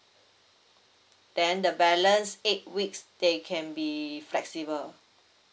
then the balance eight weeks they can be flexible